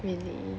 really